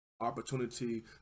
opportunity